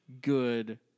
good